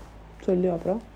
சொல்லுஅப்புறம்:sollu apuram